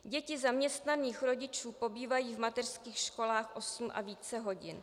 Děti zaměstnaných rodičů pobývají v mateřských školách osm a více hodin.